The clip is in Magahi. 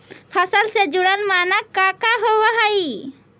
फसल से जुड़ल मानक का का होव हइ?